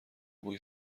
بوی